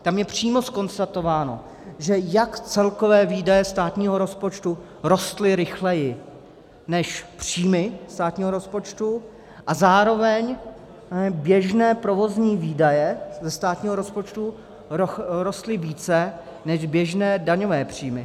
Tam je přímo konstatováno, že celkové výdaje státního rozpočtu rostly rychleji než příjmy státního rozpočtu a zároveň běžné provozní výdaje ze státního rozpočtu rostly více než běžné daňové příjmy.